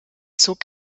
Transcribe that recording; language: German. zog